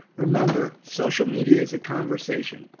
remember, social media is a conversation.